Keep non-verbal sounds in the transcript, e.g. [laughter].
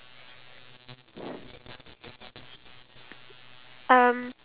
I honestly think it's not really important you know why [noise]